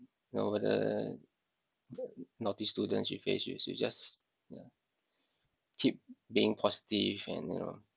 know whether naughty students she face she she just ya keep being positive and you know